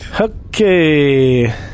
Okay